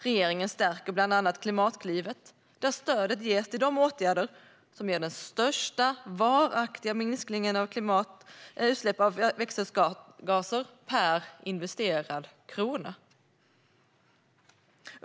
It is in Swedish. Regeringen stärker bland annat Klimatklivet, där stödet ges till de åtgärder som ger den största varaktiga minskningen av utsläpp av växthusgaser per investerad krona.